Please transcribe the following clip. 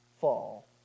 fall